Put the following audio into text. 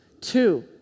Two